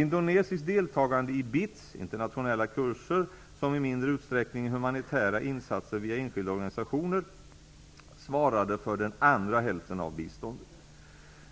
Indonesiskt deltagande i BITS internationella kurser samt i mindre utsträckning humanitära insatser via enskilda organisationer svarade för den andra hälften av biståndet.